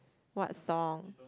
what song